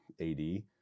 AD